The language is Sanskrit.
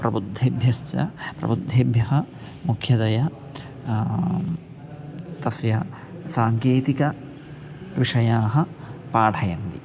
प्रबुद्धेभ्यश्च प्रबुद्धेभ्यः मुख्यतया तस्य साङ्केतिकविषयाः पाठयन्ति